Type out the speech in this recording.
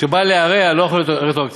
שבא להרע לא יכול להיות רטרואקטיבי.